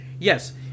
Yes